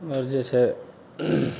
आओर जे छै